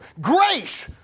grace